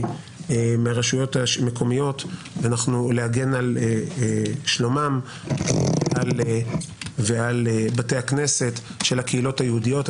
מהרשויות המקומיות להגן על שלומם ועל בתי הכנסת של הקהילות היהודיות.